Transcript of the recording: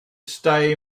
stay